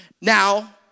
Now